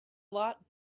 lot